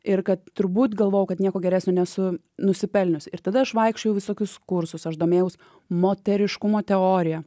ir kad turbūt galvojau kad nieko geresnio nesu nusipelniusi ir tada aš vaikščiojau visokius kursus aš domėjausi moteriškumo teorija